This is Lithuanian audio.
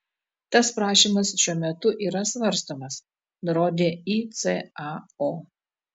tas prašymas šiuo metu yra svarstomas nurodė icao